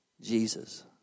Jesus